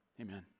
Amen